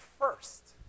first